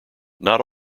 not